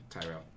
Tyrell